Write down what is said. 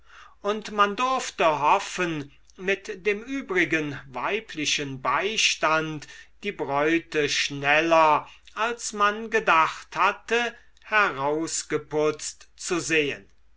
und man durfte hoffen mit dem übrigen weiblichen beistand die bräute schneller als man gedacht hatte herausgeputzt zu sehen